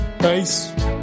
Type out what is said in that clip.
Peace